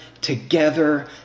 together